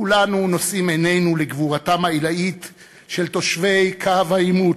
כולנו נושאים עינינו לגבורתם העילאית של תושבי קו העימות,